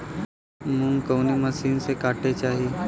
मूंग कवने मसीन से कांटेके चाही?